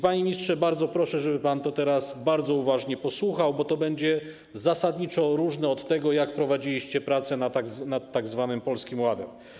Panie ministrze, bardzo proszę, żeby pan tego teraz bardzo uważnie posłuchał, bo to będzie zasadniczo różne od tego jak prowadziliście prace nad tzw. Polskim Ładem.